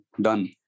done